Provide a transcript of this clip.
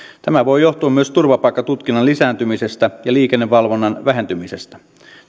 tämä voi johtua myös turvapaikkatutkinnan lisääntymisestä ja liikennevalvonnan vähentymisestä